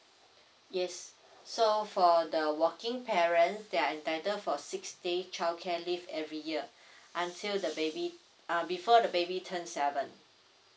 yes so for the working parents they're entitled for six day childcare leave every year until the bady uh before the baby turn seven